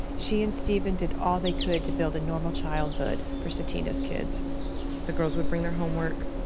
she and steven did all they could to build a normal childhood for sutina's kids the girls would bring their homework,